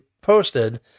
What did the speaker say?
posted